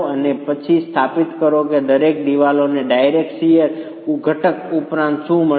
અને પછી સ્થાપિત કરો કે દરેક દિવાલોને ડાયરેક્ટ શીયર ઘટક ઉપરાંત શું મળશે